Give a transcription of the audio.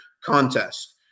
contest